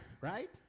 right